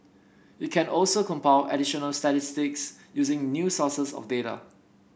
it can also compile additional statistics using new sources of data